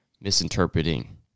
misinterpreting